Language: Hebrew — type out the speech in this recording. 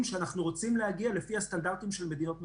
שאנחנו רוצים להגיע אליהם לפי הסטנדרטים של מדינות מפותחות.